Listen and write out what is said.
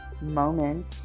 moment